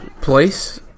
place